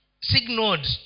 signaled